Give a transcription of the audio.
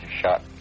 shot